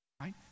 Right